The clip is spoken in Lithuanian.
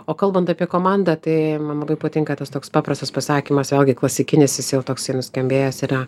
o kalbant apie komandą tai man labai patinka tas toks paprastas pasakymas vėlgi klasikinis jis jau toksai nuskambėjęs yra